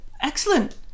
excellent